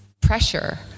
pressure